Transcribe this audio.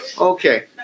Okay